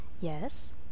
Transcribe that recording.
Yes